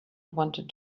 wanted